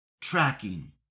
tracking